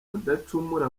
mudacumura